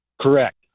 Correct